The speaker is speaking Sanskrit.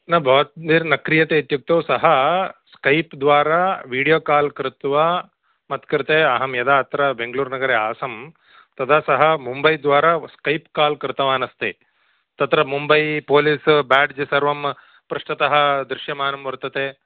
न भवद्भिः न क्रियते इत्युक्तौ सः स्कैप्द्वारा विडियो काल् कृत्वा मत्कृते अहं यदा अत्र बेङ्गलूर्नगरे आसं तदा सः मुम्बैद्वारा स्कैप् काल् कृतवान् अस्ति तत्र मुम्बै पोलीस् ब्याड्ज् सर्वं पृष्ठतः दृश्यमानं वर्तते